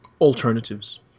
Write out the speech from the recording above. alternatives